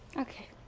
okay,